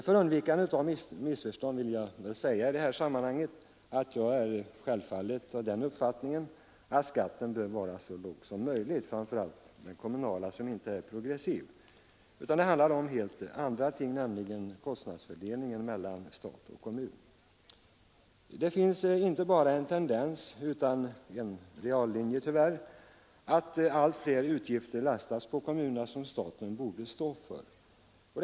För undvikande av missförstånd vill jag säga, att jag självfallet är av den uppfattningen att skatten bör vara så låg som möjligt, framför allt den kommunala som inte är progressiv. Det handlar om helt andra ting, nämligen kostnadsfördelning mellan stat och kommun. Det finns inte bara en tendens utan en reallinje, att allt fler utgifter som staten borde stå för lastas på kommunerna.